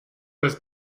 was